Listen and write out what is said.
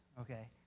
Okay